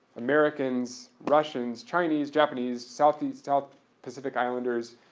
americans, russians, chinese, japanese, southeast, south pacific islanders,